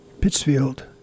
Pittsfield